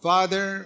Father